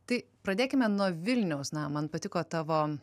tai pradėkime nuo vilniaus na man patiko tavo